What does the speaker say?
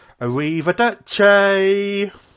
Arrivederci